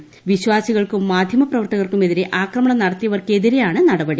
വിധി വിശ്വാസികൾക്കും മാധ്യമപ്രവർത്തകർക്കും എതിരെ ആക്രമണം നടത്തിയവർക്കെതിരെയാണ് നടപടി